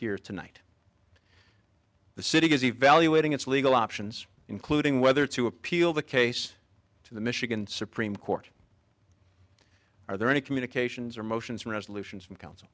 here tonight the city is evaluating its legal options including whether to appeal the case to the michigan supreme court are there any communications or motions resolutions from counsel